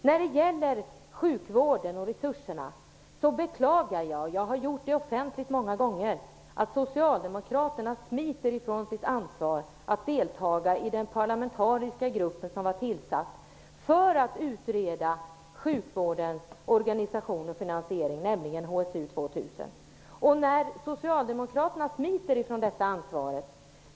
När det gäller sjukvården och resurserna beklagar jag -- det har jag gjort offentligt många gånger -- att socialdemokraterna smiter från sitt ansvar att delta i den parlamentariska grupp som tillsatts för att utreda sjukvårdens organisation och finansiering, nämligen HSU2000. Jag beklagar att socialdemokraterna smiter från det ansvaret.